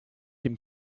dem